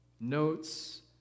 notes